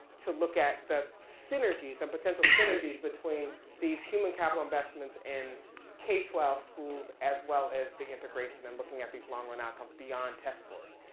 to look at the synergies and potential synergies between these human capital investments and k twelve schools as well as the integration and looking at these long run outcomes beyond test scores.